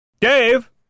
Dave